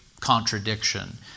contradiction